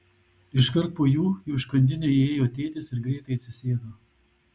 iškart po jų į užkandinę įėjo tėtis ir greitai atsisėdo